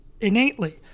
innately